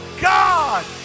god